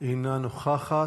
אינה נוכחת.